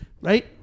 Right